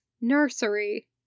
nursery